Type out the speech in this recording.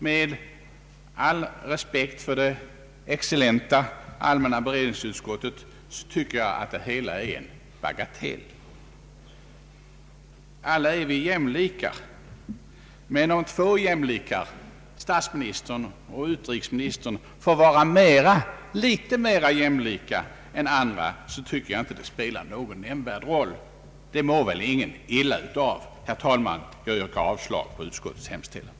Med all respekt för det excellenta allmänna beredningsutskottet tycker jag att det hela är en bagatell. Alla är vi jämlikar, men om två jämlikar, statsministern och utrikesministern, får vara litet mer jämlika än vi andra så tycker jag inte det spelar någon nämnvärd roll. Det mår väl ingen illa av. Herr talman! Jag yrkar avslag på utskottets hemställan.